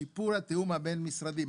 שיפור התיאום הבין-משרדי.